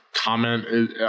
comment